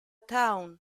town